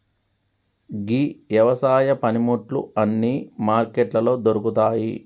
గీ యవసాయ పనిముట్లు అన్నీ మార్కెట్లలో దొరుకుతాయి